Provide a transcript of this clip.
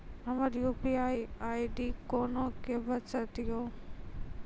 हमर UPI ID कोना के बनत यो?